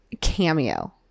Cameo